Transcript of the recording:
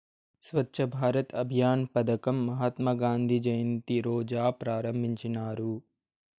స్వచ్ఛ భారత్ అభియాన్ పదకం మహాత్మా గాంధీ జయంతి రోజా ప్రారంభించినారు